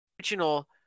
original